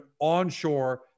onshore